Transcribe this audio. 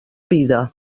vida